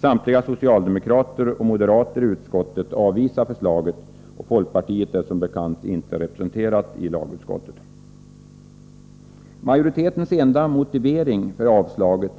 Samtliga socialdemokrater och moderater i utskottet avvisar förslaget. Folkpartiet är som bekant inte representerat i LU. Majoritetens enda motivering för avstyrkandet